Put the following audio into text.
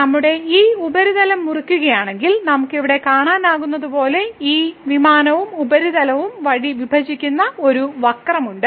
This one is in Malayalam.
നമ്മൾ ഈ ഉപരിതലം മുറിക്കുകയാണെങ്കിൽ നമുക്ക് ഇവിടെ കാണാനാകുന്നതുപോലെ ഈ വിമാനവും ഉപരിതലവും വഴി വിഭജിക്കുന്ന ഒരു വക്രമുണ്ട്